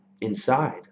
inside